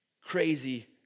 Crazy